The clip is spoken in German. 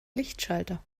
lichtschalter